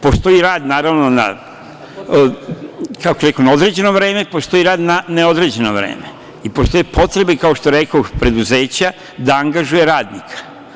Postoji rad naravno na određeno vreme, postoji rad na neodređeno vreme i postoji rad po potrebi, kao što rekoh, preduzeća da angažuju radnika.